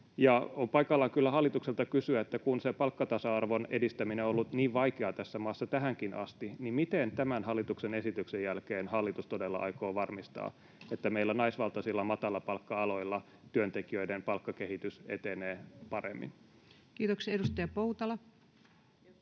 On paikallaan kyllä hallitukselta kysyä: kun se palkkatasa-arvon edistäminen on ollut niin vaikeaa tässä maassa tähänkin asti, miten tämän hallituksen esityksen jälkeen hallitus todella aikoo varmistaa, että meillä naisvaltaisilla matalapalkka-aloilla työntekijöiden palkkakehitys etenee paremmin? [Speech 41] Speaker: